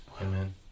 Amen